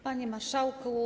Panie Marszałku!